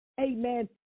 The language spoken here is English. amen